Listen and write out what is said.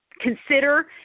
consider